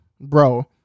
bro